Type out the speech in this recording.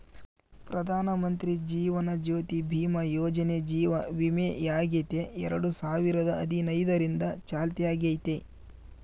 ಪ್ರಧಾನಮಂತ್ರಿ ಜೀವನ ಜ್ಯೋತಿ ಭೀಮಾ ಯೋಜನೆ ಜೀವ ವಿಮೆಯಾಗೆತೆ ಎರಡು ಸಾವಿರದ ಹದಿನೈದರಿಂದ ಚಾಲ್ತ್ಯಾಗೈತೆ